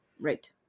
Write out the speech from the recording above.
Right